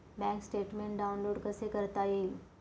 Bank statement download कसे करता येईल?